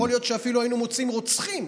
ויכול להיות שאפילו היינו מוצאים רוצחים,